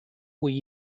were